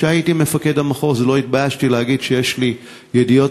כשהייתי מפקד המחוז לא התביישתי להגיד שיש לי ידיעות